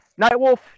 Nightwolf